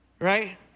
Right